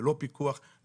ללא פיקוח,